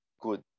good